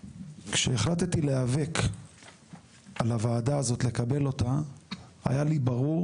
כשהחלטתי להיאבק על הוועדה הזאת לקבל אותה היה לי ברור